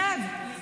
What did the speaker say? שב.